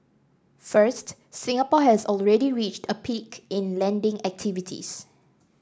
first Singapore has already reached a peak in lending activities